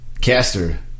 Caster